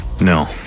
No